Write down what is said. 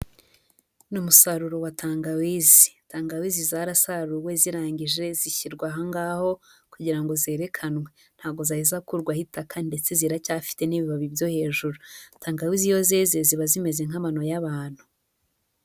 Ni umusaruro wa tangawizi, tangawizi zarasaruwe zirangije zishyirwa aha ngaho kugira ngo zerekanwe, ntabwo zari zakurwaho itaka ndetse ziracyafite n'ibibabi byo hejuru, tangawizi iyo zeze ziba zimeze nk'amano y'abantu.